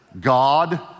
God